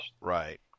Right